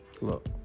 look